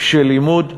של לימוד.